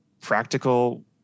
practical